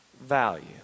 value